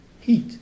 heat